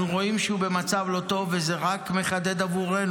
הוא חשב שהוא יצליח לנהל איתם משא ומתן ולדבר על